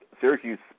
Syracuse